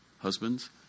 Husbands